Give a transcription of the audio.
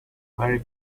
very